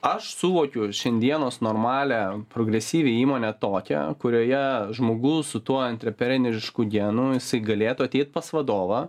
aš suvokiu šiandienos normalią progresyvią įmonę tokią kurioje žmogus su tuo antreprenerišku genų jisai galėtų ateit pas vadovą